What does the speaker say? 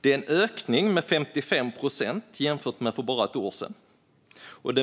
Det är en ökning med 55 procent jämfört med för bara ett år sedan, och